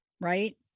right